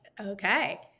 Okay